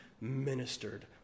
ministered